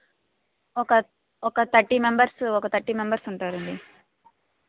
ఒక ఒక thirty members ఒక థర్టీ మెంబర్స్ ఉంటారు అండి